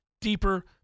Deeper